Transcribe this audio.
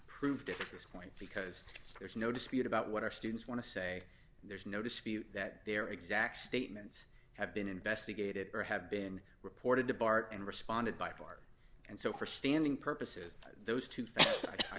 proved this point because there's no dispute about what our students want to say there's no dispute that their exact statements have been investigated or have been reported to bart and responded by far and so for standing purposes those two